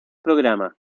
programa